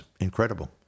incredible